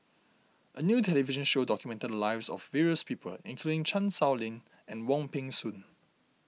a new television show documented the lives of various people including Chan Sow Lin and Wong Peng Soon